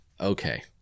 Okay